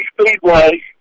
Speedway